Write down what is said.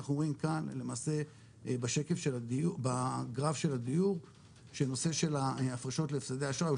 אנחנו רואים כאן למעשה בגרף של הדיור שנושא של ההפרשות להפסדי אשראי,